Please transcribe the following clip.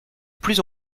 plus